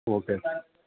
okay